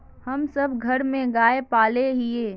हम सब घर में गाय पाले हिये?